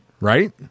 right